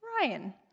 Ryan